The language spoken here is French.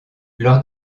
lors